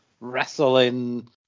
wrestling